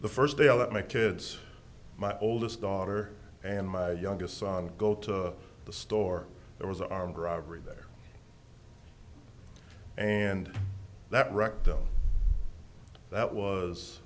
the first day i let my kids my oldest daughter and my youngest son go to the store there was armed robbery there and that